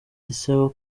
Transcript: gisaba